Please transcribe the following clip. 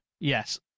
Yes